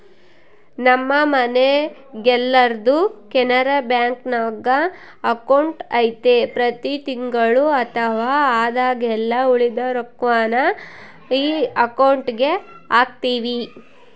ನಮ್ಮ ಮನೆಗೆಲ್ಲರ್ದು ಕೆನರಾ ಬ್ಯಾಂಕ್ನಾಗ ಅಕೌಂಟು ಐತೆ ಪ್ರತಿ ತಿಂಗಳು ಅಥವಾ ಆದಾಗೆಲ್ಲ ಉಳಿದ ರೊಕ್ವನ್ನ ಈ ಅಕೌಂಟುಗೆಹಾಕ್ತಿವಿ